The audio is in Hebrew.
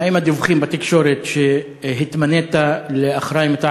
האם הדיווחים בתקשורת שהתמנית לאחראי מטעם